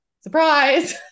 surprise